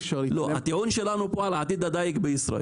הדיון שלנו פה הוא על עתיד הדיג בישראל.